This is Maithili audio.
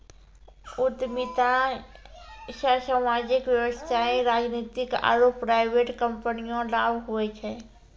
उद्यमिता से सामाजिक व्यवसायिक राजनीतिक आरु प्राइवेट कम्पनीमे लाभ हुवै छै